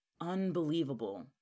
Unbelievable